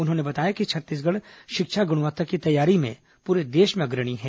उन्होंने बताया कि छत्तीसगढ़ शिक्षा गुणवत्ता की तैयारी में पूरे देश में अग्रणी है